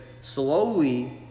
slowly